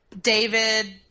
David